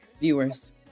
viewers